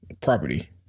property